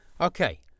okay